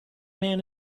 man